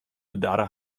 bedarre